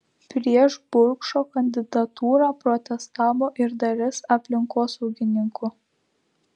prieš burkšo kandidatūrą protestavo ir dalis aplinkosaugininkų